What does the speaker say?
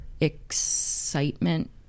excitement